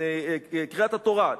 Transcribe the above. קריאת התורה.